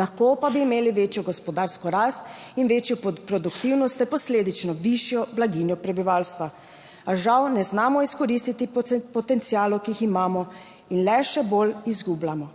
Lahko pa bi imeli večjo gospodarsko rast in večjo produktivnost ter posledično višjo blaginjo prebivalstva, a žal ne znamo izkoristiti potencialov, ki jih imamo, in le še bolj izgubljamo.